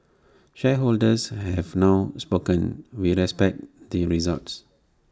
shareholders have now spoken we respect the result